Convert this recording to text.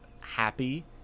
happy